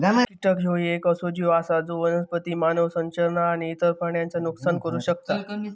कीटक ह्यो येक असो जीव आसा जो वनस्पती, मानव संरचना आणि इतर प्राण्यांचा नुकसान करू शकता